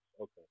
Okay